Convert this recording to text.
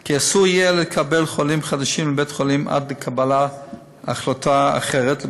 כי אסור יהיה לקבל חולים חדשים לבית-החולים עד לקבלת החלטה אחרת,